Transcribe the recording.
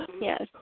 yes